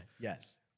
Yes